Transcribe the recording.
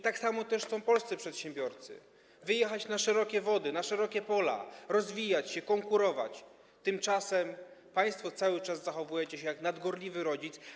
Tak samo polscy przedsiębiorcy chcą wyjechać na szerokie wody, na szerokie pola, rozwijać się, konkurować, a tymczasem państwo cały czas zachowujecie się jak nadgorliwy rodzic.